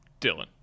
Dylan